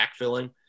backfilling